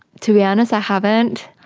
to be honest i haven't,